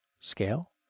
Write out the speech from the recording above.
Scale